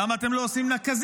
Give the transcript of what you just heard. למה אתם לא עושים נקזים?